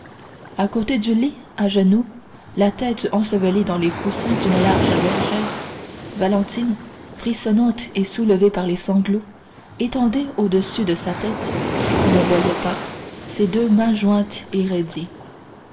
à côté du lit à genoux la tête ensevelie dans les coussins d'une large bergère valentine frissonnante et soulevée par les sanglots étendait au-dessus de sa tête qu'on ne voyait pas ses deux mains jointes et